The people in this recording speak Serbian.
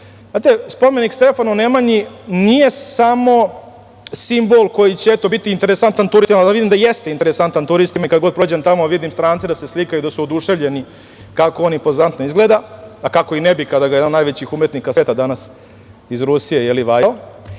Spomenik Stefanu Nemanji nije samo simbol koji će, eto, biti interesantan turistima, mada vidim da jeste interesantan turistima i kad god prođem tamo vidim strance da se slikaju, da su oduševljeni kako on impozantno izgleda, a kako i ne bi kada ga je jedan od najvećih umetnika sveta danas iz Rusije vajao.